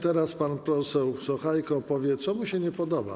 Teraz pan poseł Sachajko powie, co mu się nie podoba.